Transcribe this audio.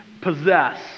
possess